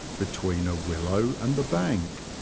between a willow and the bank,